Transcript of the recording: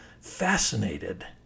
fascinated